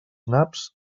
naps